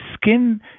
skin